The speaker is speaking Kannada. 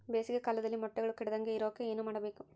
ಬೇಸಿಗೆ ಕಾಲದಲ್ಲಿ ಮೊಟ್ಟೆಗಳು ಕೆಡದಂಗೆ ಇರೋಕೆ ಏನು ಮಾಡಬೇಕು?